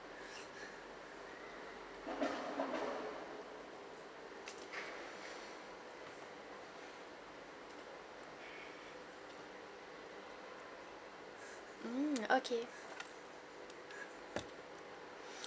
mm okay